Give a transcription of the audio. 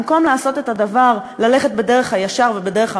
במקום ללכת בדרך הישר ובדרך המלך,